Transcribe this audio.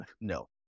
no